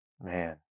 Man